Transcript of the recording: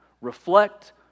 reflect